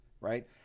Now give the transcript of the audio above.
right